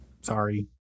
sorry